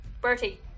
Bertie